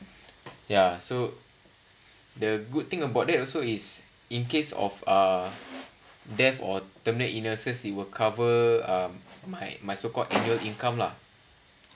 ya so the good thing about that also is in case of uh death or terminal illnesses it will cover um my my so called annual income lah